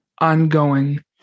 ongoing